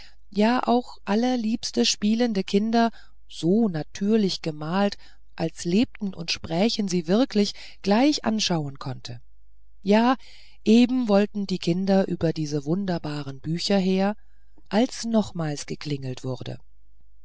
ja auch allerliebste spielende kinder so natürlich gemalt als lebten und sprächen sie wirklich gleich anschauen konnte ja eben wollten die kinder über diese wunderbaren bücher her als nochmals geklingelt wurde